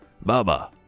Baba